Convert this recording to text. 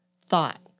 thought